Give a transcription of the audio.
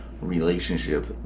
relationship